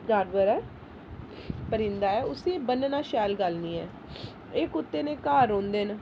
जानवर ऐ परिंदा ऐ उसी बनन्ना शैल गल्ल नी ऐ एह् कुत्ते न घर रौंह्दे न